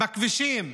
בכבישים,